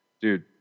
Dude